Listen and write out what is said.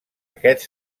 aquests